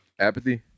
Apathy